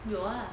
有 ah